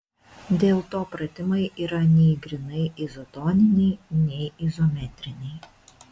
dėl to pratimai yra nei grynai izotoniniai nei izometriniai